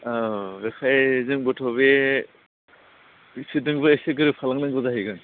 औ बेखाय जोंबोथ' बे बिसोरजोंबो एसे गोरोबफालांनांगौ जाहैगोन